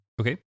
Okay